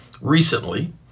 recently